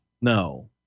No